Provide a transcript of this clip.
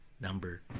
number